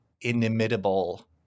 inimitable